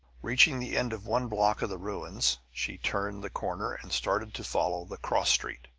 reaching the end of one block of the ruins, she turned the corner and started to follow the cross street.